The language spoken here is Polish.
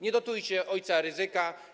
Nie dotujcie ojca Rydzyka.